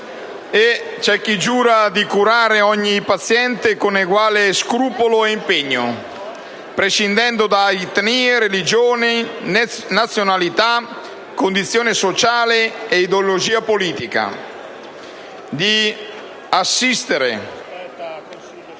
C'è chi giura di curare ogni paziente con eguale scrupolo e impegno prescindendo da etnie, religione, nazionalità, condizione sociale ed ideologia politica; di assistere...